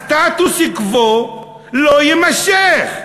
הסטטוס-קוו לא יימשך.